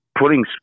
putting